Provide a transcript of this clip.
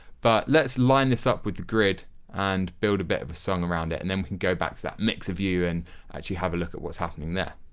but let's line this up with the grid and build a bit of a song around it, and then we can go back to that mixer view and actually have a look at what's happening in there.